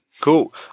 Cool